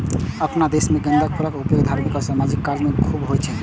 अपना देश मे गेंदाक फूलक उपयोग धार्मिक आ सामाजिक काज मे खूब होइ छै